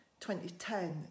2010